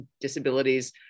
disabilities